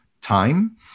time